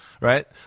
right